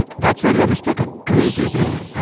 that's where you are mistaken. crazy brain.